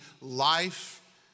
life